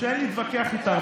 שאין להתווכח עליה.